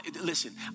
Listen